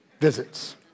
visits